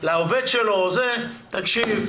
לעובד שלו: תקשיב,